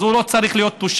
אז הוא לא צריך להיות תושב.